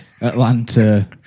atlanta